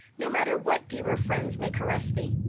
no matter what dearer friends may caress thee?